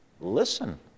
listen